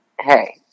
hey